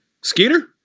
Skeeter